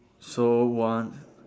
so one